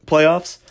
playoffs